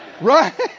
Right